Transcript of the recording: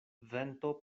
vento